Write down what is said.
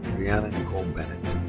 brianna nicole bennett.